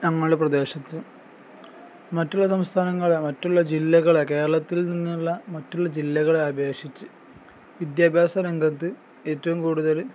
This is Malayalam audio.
നമ്മുടെ പ്രദേശത്ത് മറ്റുള്ള സംസ്ഥാനങ്ങളെ മറ്റുള്ള ജില്ലകളെ കേരളത്തിൽ നിന്നുള്ള മറ്റുള്ള ജില്ലകളെ അപേക്ഷിച്ച് വിദ്യാഭ്യാസ രംഗത്ത് ഏറ്റവും കൂടുതൽ